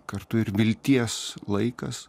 kartu ir vilties laikas